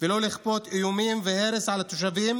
ולא לכפות איומים והרס על התושבים,